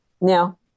now